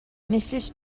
mrs